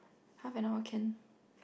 half an hour can